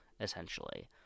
essentially